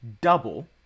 double